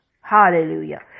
Hallelujah